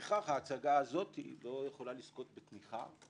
ולפיכך ההצגה הזו לא יכלוה לזכות בתמיכה.